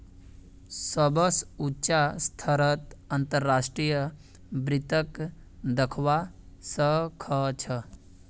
सबस उचा स्तरत अंतर्राष्ट्रीय वित्तक दखवा स ख छ